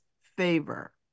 favor